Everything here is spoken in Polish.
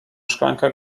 szklankę